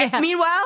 meanwhile